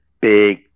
big